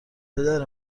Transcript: پدر